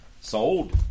Sold